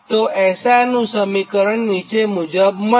તો SR નું સમીકરણ નીચે મુજબ મળે